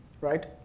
right